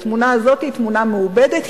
התמונה הזאת היא תמונה מעובדת,